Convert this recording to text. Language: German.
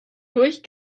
durch